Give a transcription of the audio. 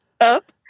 up